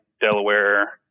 Delaware